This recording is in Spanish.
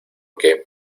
qué